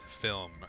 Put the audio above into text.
film